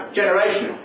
generation